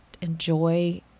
enjoy